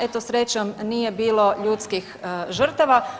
Eto srećom nije bilo ljudskih žrtava.